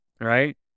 right